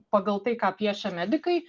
pagal tai ką piešė medikai